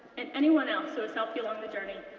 and anyone else who has helped you along the journey.